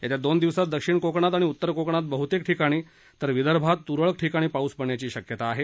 येत्या दोन दिवसात दक्षिण कोकणात आणि उत्तर कोकणात बहतेक ठिकाणी विदर्भात तुरळक ठिकाणी पाऊस पडण्याची शक्यता आहे